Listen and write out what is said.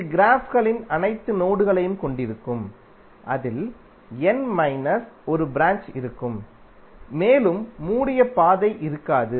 இது க்ராஃப்களின் அனைத்து நோடுகளையும் கொண்டிருக்கும் அதில் n மைனஸ் ஒரு ப்ராஞ்ச் இருக்கும் மேலும் மூடிய பாதை இருக்காது